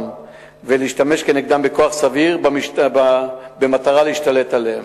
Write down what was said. ולהשתמש כנגדם בכוח סביר במטרה להשתלט עליהם.